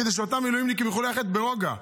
כדי שאותם מילואימניקים יוכלו ללכת ברוגע.